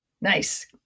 Nice